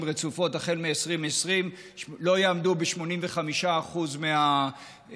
רצופות החל מ-2020 לא יעמדו ב-85% מהמכסות,